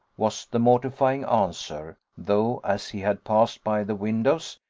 was the mortifying answer though, as he had passed by the windows,